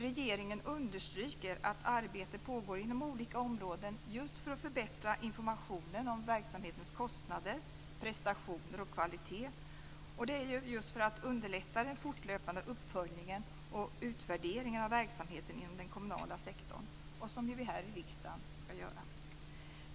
Regeringen understryker att arbete pågår inom olika områden just för att förbättra informationen om verksamhetens kostnader, prestationer och kvalitet. Det sker just för att underlätta den fortlöpande uppföljningen och utvärderingen av verksamheten inom den kommunala sektorn, som vi skall göra här i riksdagen.